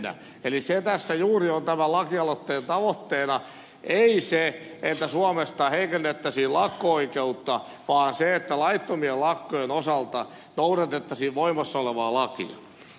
eli se tässä juuri on tämän lakialoitteen tavoitteena ei se että suomessa heikennettäisiin lakko oikeutta vaan se että laittomien lakkojen osalta noudatettaisiin voimassa olevaa lakia